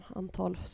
antal